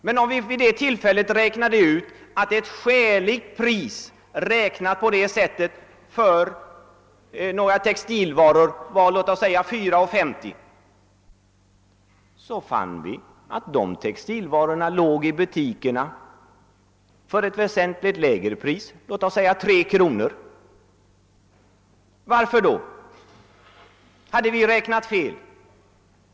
Men om vi sålunda hade räknat fram ett skäligt pris för dessa varor på 4 kronor och 50 öre, så fann vi att liknande varor salubjöds i butikerna för ett väsentligt lägre pris, kanske för 3 kronor. Vad var orsaken härtill? Hade vi räknat fel?